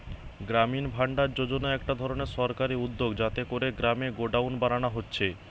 গ্রামীণ ভাণ্ডার যোজনা একটা ধরণের সরকারি উদ্যগ যাতে কোরে গ্রামে গোডাউন বানানা হচ্ছে